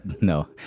no